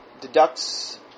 deducts